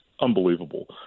unbelievable